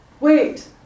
wait